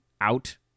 out